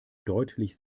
deutlich